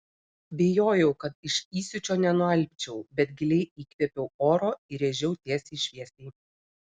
bijojau kad iš įsiūčio nenualpčiau bet giliai įkvėpiau oro ir rėžiau tiesiai šviesiai